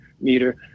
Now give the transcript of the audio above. meter